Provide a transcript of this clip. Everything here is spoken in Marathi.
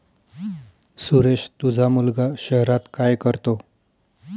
सुरेश तुझा मुलगा शहरात काय करतो